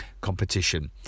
Competition